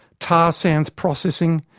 tar-sands processing,